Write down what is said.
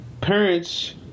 parents